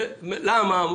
למה?